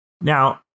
Now